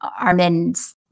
Armin's